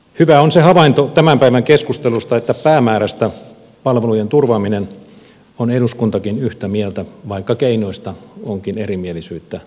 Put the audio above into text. hyvä on se havainto tämän päivän keskustelusta että päämäärästä palvelujen turvaamisesta on eduskuntakin yhtä mieltä vaikka keinoista onkin erimielisyyttä